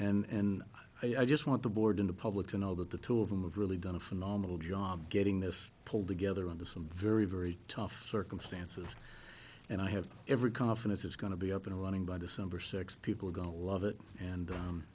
together and i just want the board in the public to know that the two of them have really done a phenomenal job getting this pulled together under some very very tough circumstances and i have every confidence it's going to be up and running by december sixth people are going to love it and